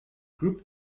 group